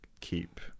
keep